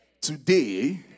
today